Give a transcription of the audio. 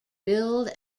billed